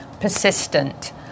Persistent